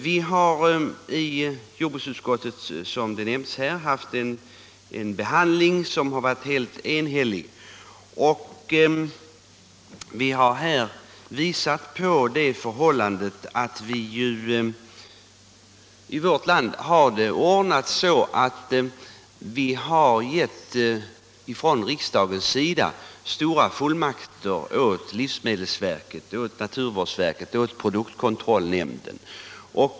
Vi har i jordbruksutskottet, som det nämnts här, varit helt eniga vid behandlingen, och vi har visat på förhållandet att i vårt land riksdagen har gett stora fullmakter åt livsmedelsverket, naturvårdsverket, produktkontrollnämnden.